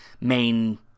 main